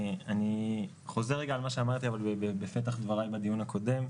אבל אני חוזר רגע על מה שאמרתי בפתח דבריי בדיון הקודם: